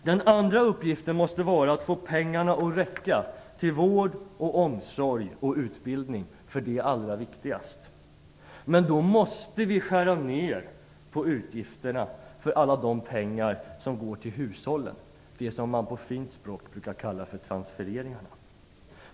Den andra uppgiften måste vara att få pengarna att räcka till vård, omsorg och utbildning. Det är allra viktigast. Men då måste vi skära ner på utgifterna för alla de bidrag som går till hushållen, det som på ett fint språk brukar kallas för transfereringarna.